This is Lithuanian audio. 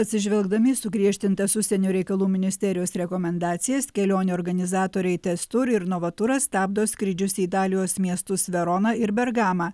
atsižvelgdami į sugriežtintas užsienio reikalų ministerijos rekomendacijas kelionių organizatoriai tez tuor ir novaturas stabdo skrydžius į italijos miestus veroną ir bergamą